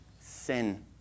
sin